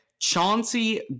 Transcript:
Chauncey